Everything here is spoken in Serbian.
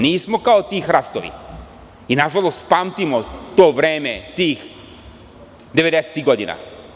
Nismo kao ti hrastovi i, nažalost, pamtimo to vreme tih devedesetih godina.